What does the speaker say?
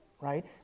right